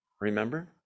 remember